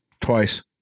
Twice